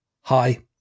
hi